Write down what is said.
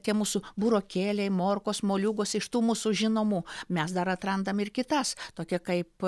tie mūsų burokėliai morkos moliūgus iš tų mūsų žinomų mes dar atrandam ir kitas tokie kaip